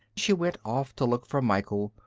she went off to look for michael,